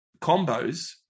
combos